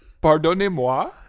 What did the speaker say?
pardonnez-moi